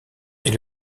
est